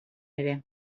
ere